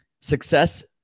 success